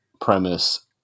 premise